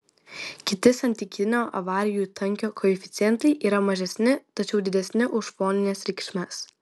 kiti santykinio avarijų tankio koeficientai yra mažesni tačiau didesni už fonines reikšmes